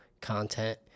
content